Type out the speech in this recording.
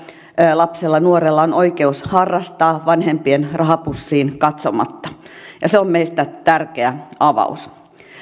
lapsella ja nuorella on oikeus harrastaa vanhempien rahapussiin katsomatta se on meistä tärkeä avaus